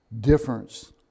difference